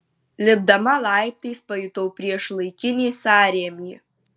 lipdama laiptais pajutau priešlaikinį sąrėmį